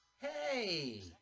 Hey